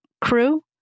crew